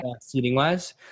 seating-wise